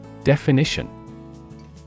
Definition